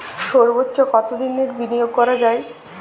সর্বোচ্চ কতোদিনের বিনিয়োগ করা যায়?